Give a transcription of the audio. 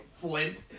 flint